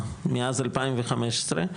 מאז 2015,